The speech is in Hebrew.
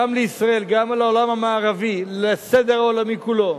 גם לישראל, גם לעולם המערבי, לסדר העולמי כולו,